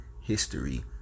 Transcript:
history